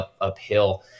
uphill